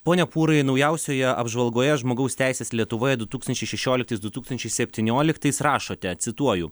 pone pūrai naujausioje apžvalgoje žmogaus teisės lietuvoje du tūkstančiai šešioliktais du tūkstančiai septynioliktais rašote cituoju